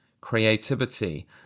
creativity